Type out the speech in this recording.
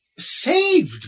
Saved